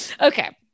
Okay